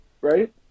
right